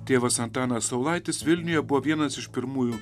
tėvas antanas saulaitis vilniuje buvo vienas iš pirmųjų